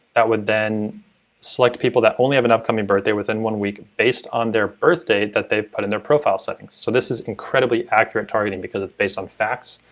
that would then select people that only have an upcoming birthday within one week based on their birthday that they put in their profile settings. so this is incredibly accurate targeting because it's based on facts,